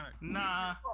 Nah